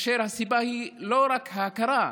הסיבה היא לא רק ההכרה.